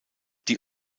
die